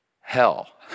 Hell